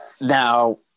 now